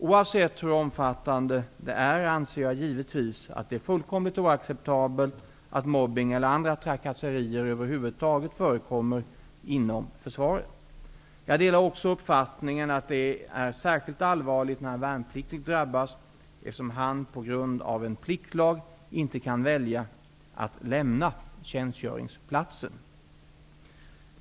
Oavsett hur omfattande det är, anser jag givetvis att det är fullkomligt oacceptabelt att mobbning eller andra trakasserier över huvud taget förekommer inom försvaret. Jag delar också den uppfattningen att det är särskilt allvarligt när en värnpliktig drabbas eftersom han på grund av en pliktlag inte kan välja att lämna tjänstgöringsplatsen.